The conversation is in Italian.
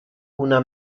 una